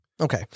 Okay